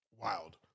wild